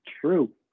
true